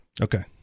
Okay